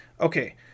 okay